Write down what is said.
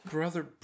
Brother